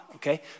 Okay